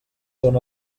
són